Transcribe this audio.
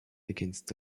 against